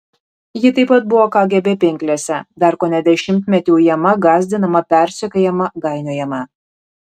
ji taip pat buvo kgb pinklėse dar kone dešimtmetį ujama gąsdinama persekiojama gainiojama